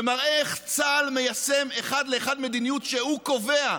שמראה איך צה"ל מיישם אחד לאחד מדיניות שהוא קובע.